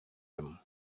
him